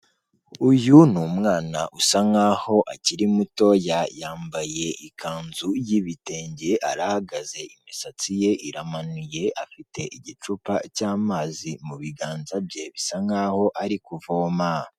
Uyu ni umwana usa nkaho akiri mutoya, yambaye ikanzu y'ibitenge, arahagaze, imisatsi ye iramanuye, afite igicupa cy'amazi mu biganza bye, bisa nk'aho ari kuvoma.